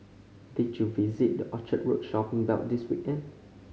did you visit the Orchard Road shopping belt this weekend